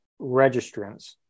registrants